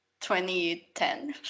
2010